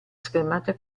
schermata